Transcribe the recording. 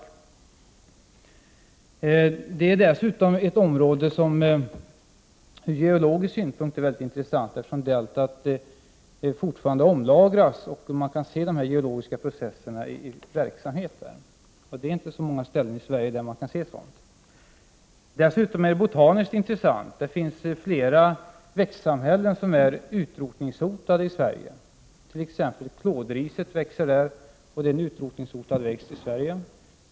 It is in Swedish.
Deltat är dessutom ett område som ur geologisk synpunkt är mycket intressant, eftersom deltat fortfarande omlagras och man kan se de geologiska processerna i verksamhet. Det är inte på så många ställen i Sverige som man kan se sådant. Deltat är också botaniskt intressant. Flera växtsamhällen som är utrotningshotade i Sverige, t.ex. klådriset, växer där.